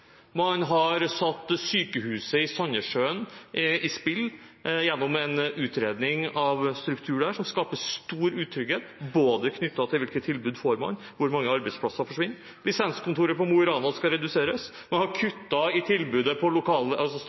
Man har satt sykehuset i Sandessjøen i spill gjennom en utredning av en struktur der som skaper stor utrygghet knyttet til både hvilket tilbud man får, og hvor mange arbeidsplasser som forsvinner. Lisenskontoret i Mo i Rana skal reduseres. Man har kuttet i tilbudet på